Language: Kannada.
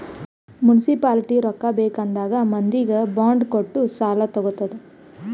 ಮುನ್ಸಿಪಾಲಿಟಿ ರೊಕ್ಕಾ ಬೇಕ್ ಆದಾಗ್ ಮಂದಿಗ್ ಬಾಂಡ್ ಕೊಟ್ಟು ಸಾಲಾ ತಗೊತ್ತುದ್